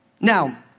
Now